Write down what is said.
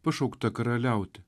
pašaukta karaliauti